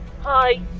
Hi